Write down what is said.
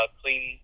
clean